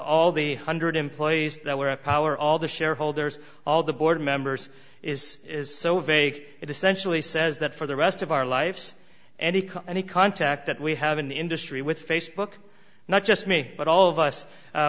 all the hundred employees that were a power all the shareholders all the board members is is so vague it essentially says that for the rest of our lives and any contact that we have in the industry with facebook not just me but all of us